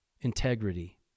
integrity